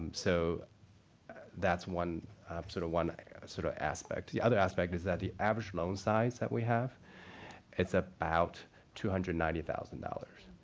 so that's one sort of one sort of aspect. the other aspect is that the average loan size that we have it's about two hundred and ninety thousand dollars.